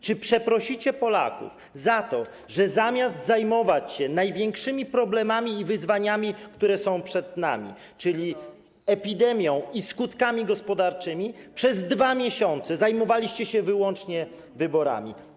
Czy przeprosicie Polaków za to, że zamiast zajmować się największymi problemami i wyzwaniami, które są przed nami, czyli epidemią i skutkami gospodarczymi, przez 2 miesiące zajmowaliście się wyłącznie wyborami?